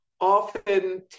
often